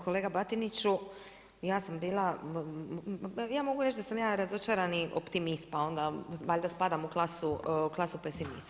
Kolega Batiniću, ja sam bila, ja mogu reći da sam ja razočarani optimist, pa onda valjda spadam u klasu pesimista.